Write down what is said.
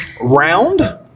Round